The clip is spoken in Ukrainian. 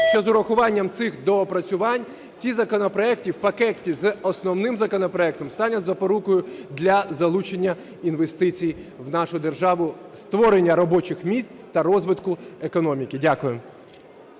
що з урахуванням цих доопрацювань ці законопроекти в пакеті з основним законопроектом стануть запорукою для залучення інвестицій в нашу державу, створення робочих місць та розвитку економіки. Дякую.